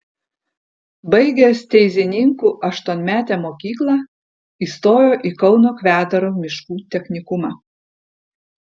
baigęs teizininkų aštuonmetę mokyklą įstojo į kauno kvedaro miškų technikumą